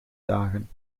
dagen